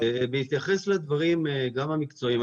בהתייחס לדברים גם המקצועיים.